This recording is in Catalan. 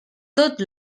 tot